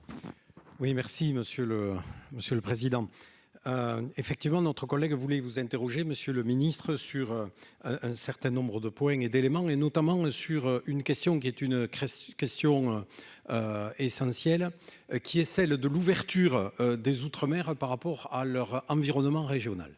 monsieur le monsieur le président, effectivement, notre collègue vous voulez vous interroger Monsieur le Ministre, sur un certain nombre de points et d'éléments et notamment sur une question qui est une crèche, une question essentielle qui est celle de l'ouverture des Outre- mer par rapport à leur environnement régional